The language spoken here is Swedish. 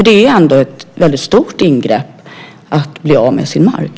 Det är ändå ett väldigt stort ingrepp att bli av med sin mark.